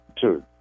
two